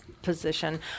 position